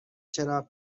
چراغ